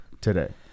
today